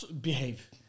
behave